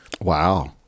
Wow